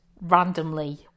randomly